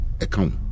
account